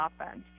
offense